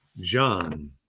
John